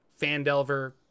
Fandelver